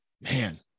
Man